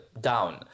down